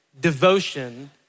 devotion